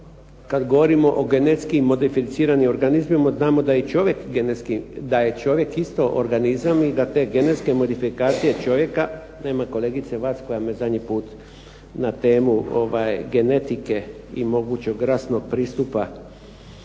kad govorimo o genetski modificiranim organizmima znamo da je i čovjek genetski, da je čovjek isto organizam i da te genetske modifikacije čovjeka, nema kolegice Vac koji me zadnji put na temu genetike i mogućeg rasnog pristupa